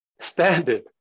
standard